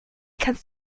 kannst